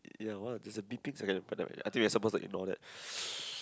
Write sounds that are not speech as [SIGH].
ya !wah! there's a beeping I think we are supposed to ignore that [NOISE]